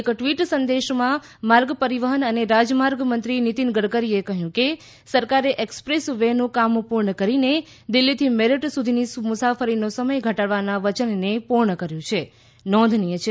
એક ટ્વિટ સંદેશમાં માર્ગ પરિવહન અને રાજમાર્ગ મંત્રી નીતિન ગડકરીએ કહ્યું કે સરકારે એક્સપ્રેસ વેનું કામ પૂર્ણ કરીને દિલ્હીથી મેરઠ સુધીની મુસાફરીનો સમય ઘટાડવાના વયનને પૂર્ણ કર્યું છે